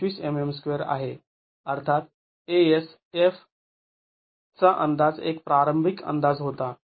२५ mm2 आहे अर्थात eff चा अंदाज एक प्रारंभिक अंदाज होता